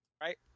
Right